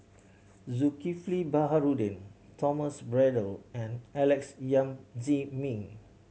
Zulkifli Baharudin Thomas Braddell and Alex Yam Ziming